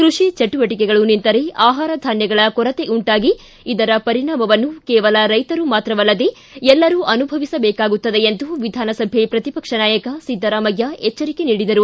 ಕೃಷಿ ಚಟುವಟಿಕೆಗಳು ನಿಂತರೆ ಆಹಾರ ಧಾನ್ಯಗಳ ಕೊರತೆ ಉಂಟಾಗಿ ಇದರ ಪರಿಣಾಮವನ್ನು ಕೇವಲ ರೈತರಿಗೆ ಮಾತ್ರವಲ್ಲದೇ ಎಲ್ಲರೂ ಅನುಭವಿಸಬೇಕಾಗುತ್ತದೆ ಎಂದು ವಿಧಾನಸಭೆ ಪ್ರತಿಪಕ್ಷ ನಾಯಕ ಸಿದ್ದರಾಮಯ್ಯ ಎಚ್ವರಿಕೆ ನೀಡಿದರು